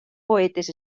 poetes